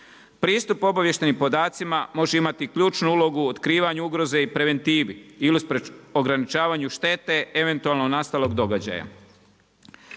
Pristup obavještajnim podacima može imati ključnu ulogu, otkrivanje ugroze i preventivi ili ograničavanju štete eventualno nastalog događaja.